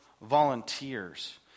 volunteers